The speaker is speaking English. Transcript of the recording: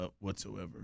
whatsoever